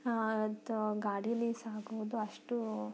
ಅದು ಗಾಡೀಲಿ ಸಾಗೋದು ಅಷ್ಟು